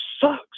sucks